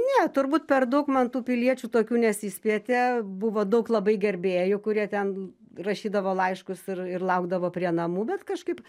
ne turbūt per daug man tų piliečių tokių nesispietė buvo daug labai gerbėjų kurie ten rašydavo laiškus ir ir laukdavo prie namų bet kažkaip